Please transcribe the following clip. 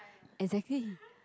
exactly